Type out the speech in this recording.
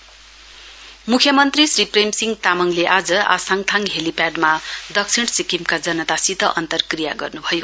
CM मुख्यमन्त्री श्री प्रेमसिंह तामङले आज आसाङथाङ हेलीप्याडमा दक्षिण सिक्किमका जनतासित अन्तर्क्रिया गर्न्भयो